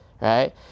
right